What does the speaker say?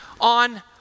on